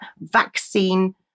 vaccine